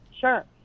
Sure